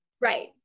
Right